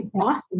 Awesome